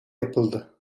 yapıldı